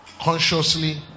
Consciously